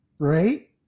Right